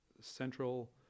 central